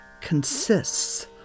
consists